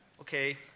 Okay